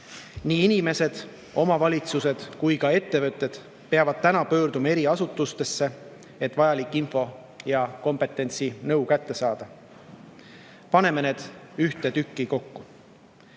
Nii inimesed, omavalitsused kui ka ettevõtted peavad praegu pöörduma eri asutustesse, et vajalik info ja kompetentsinõu kätte saada. Paneme need ühte [kohta] kokku.